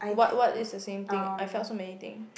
what what is the same thing I felt so many thing